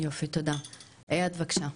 איאת בבקשה.